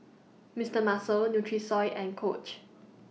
Mister Muscle Nutrisoy and Coach